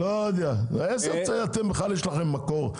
אתם בכלל יש לכם מקור?